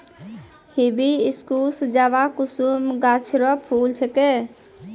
hibiscus जवाकुसुम गाछ रो फूल छिकै